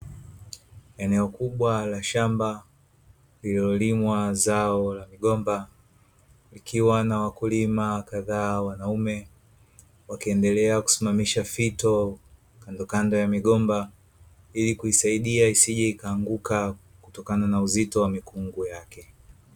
Eneo kubwa la shamba lililolimwa zao la migomba likiwa na wakulima kadhaa wanaume wakiendelea kusimamisha fito kando kando ya migomba ilikuisaidia isije ikaanguka kutokana na uzito wa mikungu yake.